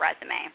resume